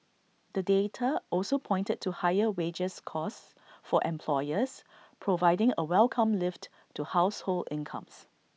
the data also pointed to higher wages costs for employers providing A welcome lift to household incomes